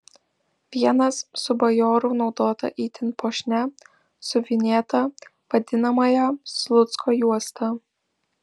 vienas su bajorų naudota itin puošnia siuvinėta vadinamąja slucko juosta